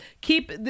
Keep